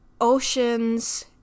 oceans